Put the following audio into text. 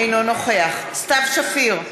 אינו נוכח סתיו שפיר,